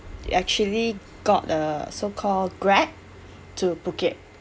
actually got a so called grab to phuket